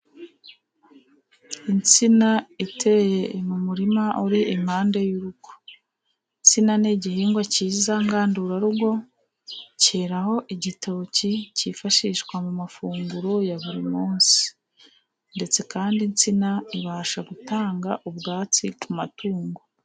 Insina iteye mu murima uri impande y'urugo. Insina ni igihingwa kiza ngandurarugo ,cyeraho igitoki cyifashishwa mu mafunguro ya buri munsi . Ndetse kandi insina ibasha gutanga ubwatsi ku matungo.